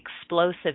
explosive